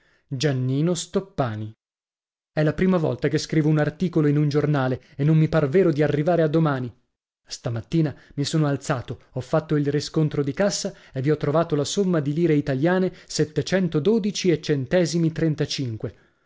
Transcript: giornale e non mi par vero di arrivare a domani stamani mi sono alzato ho fatto il riscontro di cassa e vi ho trovato la somma di lire italiane settecentododici e centesimi trentacinque